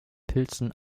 pilzen